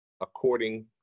according